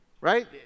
Right